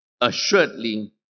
assuredly